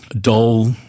dull